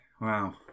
Wow